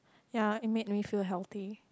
ya it made me feel healthy